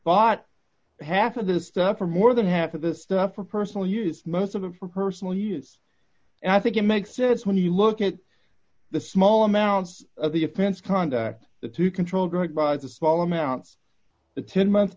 bought half of the stuff or more than half of the stuff for personal use most of it for personal use and i think it makes sense when you look at the small amount of the offense conduct the to control group by the small amounts the ten month